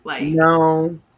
No